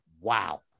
wow